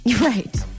Right